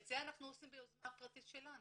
את זה אנחנו עושים ביוזמה פרטית שלנו.